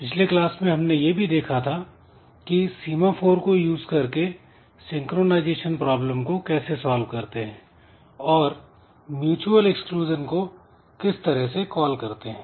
पिछले क्लास में हमने यह भी देखा था की सीमाफोर को यूज़ करके सिंक्रोनाइजेशन प्रॉब्लम को कैसे सॉल्व करते हैं और म्यूच्यूअल एक्सक्लूजन को किस तरह से कॉल करते हैं